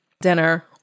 dinner